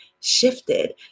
shifted